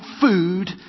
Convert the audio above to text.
food